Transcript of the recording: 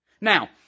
Now